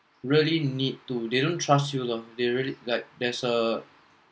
really need to they don't trust loh they really like there's a